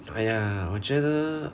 对 lah 我觉得